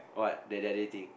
what that they are dating